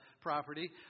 property